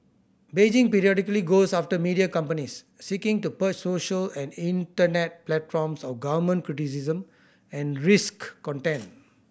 Beijing periodically goes after media companies seeking to purge social and internet platforms of government criticism and risque content